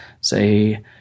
say